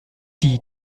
die